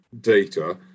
data